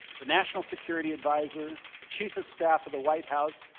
the national security adviser, the chief of staff of the white house,